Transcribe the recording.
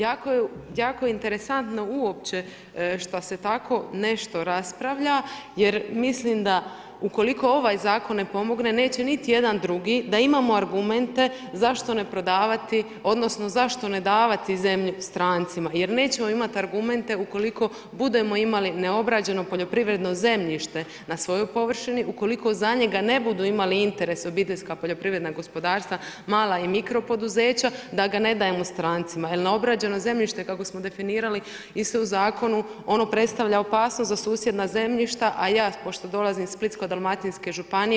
Jako je interesantno uopće šta se tako nešto raspravlja jer mislim da ukoliko ovaj zakon ne pomogne, neće niti jedan drugi, da imamo argumente zašto ne prodavati odnosno zašto ne davati zemlju strancima jer nećemo imati argumente ukoliko budemo imali neobrađeno poljoprivredno zemljište na svojoj površini ukoliko za njega ne budu imali interes OPG-ovi, mala i mikro poduzeća da ga ne dajemo strancima jer neobrađeno zemljište kako smo definirali isto u zakonu, ono predstavlja opasnost za susjedna zemljišta a ja pošto dolazim iz Splitsko-dalmatinske županije.